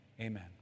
Amen